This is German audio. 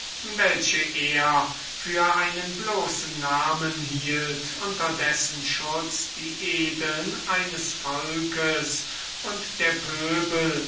welche er für einen bloßen namen hielt unter dessen schutz die edeln eines volkes und der pöbel